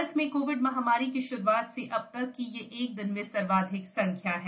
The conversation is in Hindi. भारत में कोविड महामारी की शुरूआत से अब तक की यह एक दिन में सर्वाधिक संख्या है